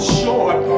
short